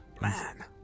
Man